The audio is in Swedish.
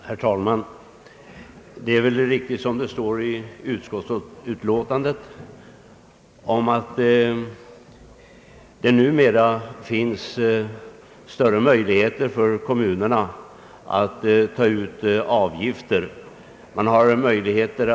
Herr talman! Det är väl riktigt som det står i utskottsbetänkandet att det numera finns större möjligheter för kommunerna att ta ut diverse avgifter.